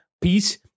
Peace